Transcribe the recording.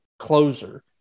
closer